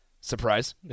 Surprise